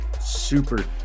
super